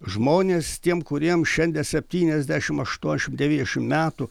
žmonės tiem kuriem šiandien septyniasdešimt aštuoniašimt devyniašimt metų